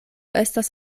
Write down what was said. estas